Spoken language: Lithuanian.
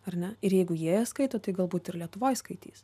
ar ne ir jeigu jie jas skaito tik galbūt ir lietuvoj skaitys